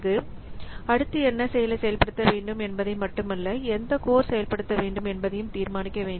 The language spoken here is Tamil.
இது அடுத்து என்ன செயலை செயல்படுத்த வேண்டும் என்பதை மட்டுமல்ல எந்த கோர் செயல்படுத்த வேண்டும் என்பதையும் தீர்மானிக்க வேண்டும்